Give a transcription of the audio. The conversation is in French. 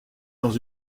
dans